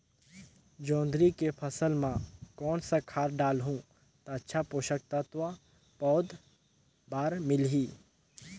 जोंदरी के फसल मां कोन सा खाद डालहु ता अच्छा पोषक तत्व पौध बार मिलही?